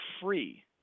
free